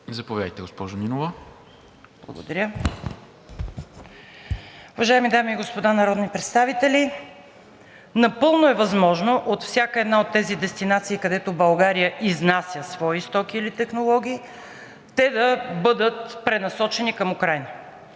МИНИСТЪР-ПРЕДСЕДАТЕЛ КОРНЕЛИЯ НИНОВА: Уважаеми дами и господа народни представители! Напълно е възможно от всяка една от тези дестинации, където България изнася свои стоки или технологии, те да бъдат пренасочени към Украйна